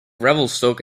revelstoke